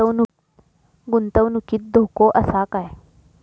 गुंतवणुकीत धोको आसा काय?